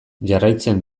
jarraitzen